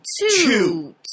two